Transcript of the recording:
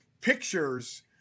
pictures